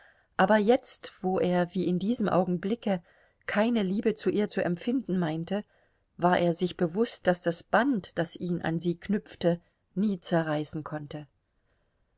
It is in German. aber jetzt wo er wie in diesem augenblicke keine liebe zu ihr zu empfinden meinte war er sich bewußt daß das band das ihn an sie knüpfte nie zerreißen konnte